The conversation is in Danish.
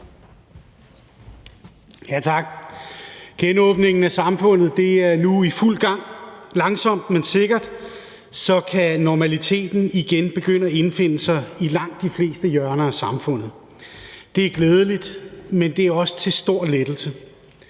(S): Tak. Genåbningen af samfundet er nu i fuld gang. Langsomt, men sikkert kan normaliteten igen begynde at indfinde sig i langt de fleste hjørner af samfundet. Det er glædeligt, men det er også en stor lettelse.